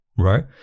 right